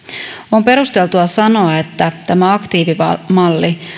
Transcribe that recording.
on perusteltua sanoa että tämä aktiivimalli